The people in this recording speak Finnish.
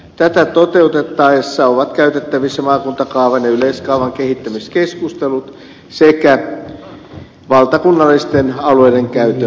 tätä toteutettaessa ovat käytettävissä maakuntakaavan ja yleiskaavan kehittämiskeskustelut sekä valtakunnallisten alueidenkäytöntavoitteet